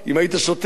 היה שווה יותר.